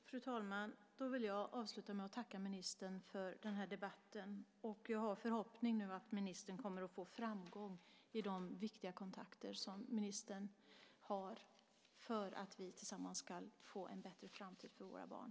Fru talman! Jag vill avsluta med att tacka ministern för debatten. Jag har förhoppningen att ministern kommer att få framgång i de viktiga kontakter som han har för att vi tillsammans ska få en bättre framtid för våra barn.